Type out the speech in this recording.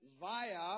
Via